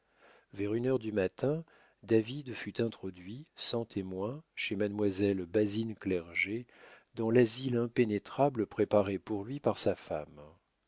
vers une heure du matin david fut introduit sans témoin chez mademoiselle basine clerget dans l'asile impénétrable préparé pour lui par sa femme